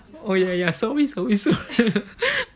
oh ya ya sorry sorry sorry